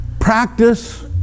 practice